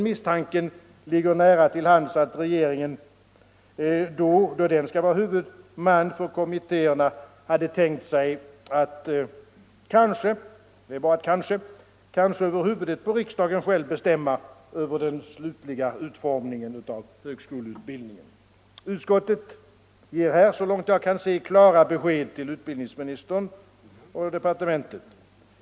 Misstanken ligger nära till hands att regeringen, då den skall vara huvudman för kommittéerna, hade tänkt sig att kanske — det är bara ett kanske — över huvudet på riksdagen själv bestämma över den slutliga utformningen av högskoleutbildningen. Utskottet ger här, så långt jag kan se, klart besked till utbildningsministern och departementet.